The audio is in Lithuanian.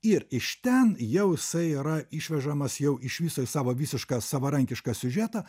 ir iš ten jau jisai yra išvežamas jau iš viso į savo visišką savarankišką siužetą